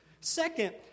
Second